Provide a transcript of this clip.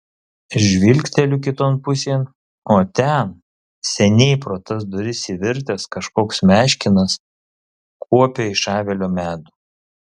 žvilgteliu kiton pusėn o ten seniai pro tas duris įvirtęs kažkoks meškinas kuopia iš avilio medų